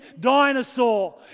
dinosaur